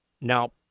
Now